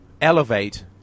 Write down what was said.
elevate